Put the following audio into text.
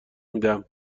میدم